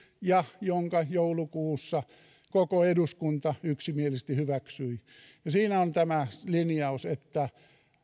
ja jonka joulukuussa koko eduskunta yksimielisesti hyväksyi siinä on tämä linjaus että